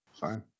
Fine